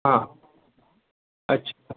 हां अच्छा